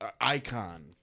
Icon